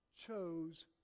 chose